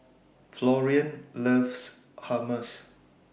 Florian loves Hummus